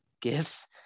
gifts